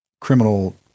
criminal